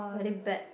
very bad